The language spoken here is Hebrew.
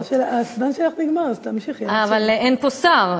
הזמן שלך נגמר, אז